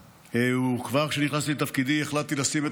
וכבר כשנכנסתי לתפקידי החלטתי לשים את